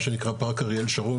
מה שנקרא "פארק אריאל שרון",